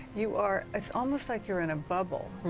you are, it's almost like you're in a bubble.